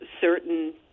certain